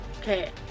okay